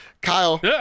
Kyle